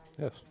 Yes